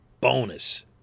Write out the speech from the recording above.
bonus